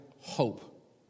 hope